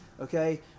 Okay